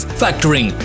factoring